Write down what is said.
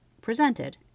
presented